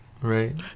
Right